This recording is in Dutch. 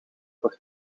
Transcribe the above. voor